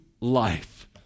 life